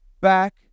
back